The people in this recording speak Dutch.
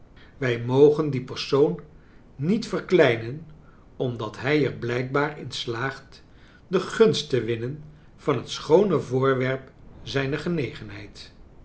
wij mogen dien persoon niet verkleinen omdat hij er blijkbaar in slaagt de gunst te winnen van het schoone voorwerp zijner genegenheid